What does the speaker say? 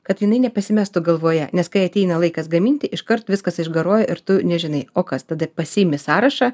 kad jinai nepasimestų galvoje nes kai ateina laikas gaminti iškart viskas išgaruoja ir tu nežinai o kas tada pasiimi sąrašą